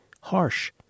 Harsh